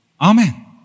Amen